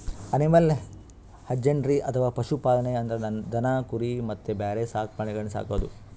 animal husbandry ಅಥವಾ ಪಶು ಪಾಲನೆ ಅಂದ್ರ ದನ ಕುರಿ ಮತ್ತ್ ಬ್ಯಾರೆ ಸಾಕ್ ಪ್ರಾಣಿಗಳನ್ನ್ ಸಾಕದು